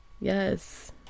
Yes